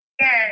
Yes